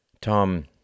Tom